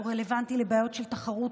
הוא רלוונטי לבעיות של תחרות,